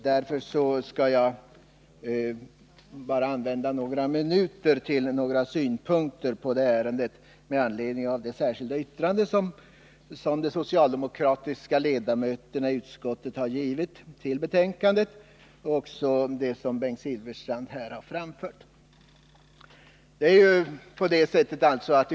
Därför skall jag bara använda några minuter till att framföra ett par synpunkter på detta ärende med anledning av det särskilda yttrande som de socialdemokratiska ledamöterna i utskottet har fogat till betänkandet samt några synpunkter med anledning av vad Bengt Silfverstrand har anfört.